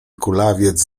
kulawiec